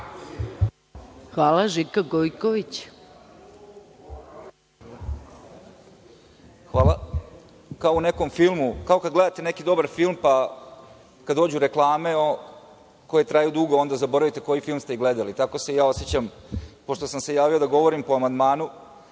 **Žika Gojković** Hvala. Kao kada gledate neki dobar film, pa kada dođu reklame koje traju dugo, onda zaboravite koji film ste gledali, tako se i ja osećam, pošto sam se javio da govorim po amandmanu,